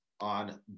on